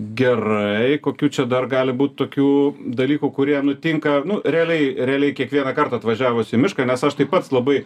gerai kokių čia dar gali būt tokių dalykų kurie nutinka nu realiai realiai kiekvieną kartą atvažiavus į mišką nes aš tai pats labai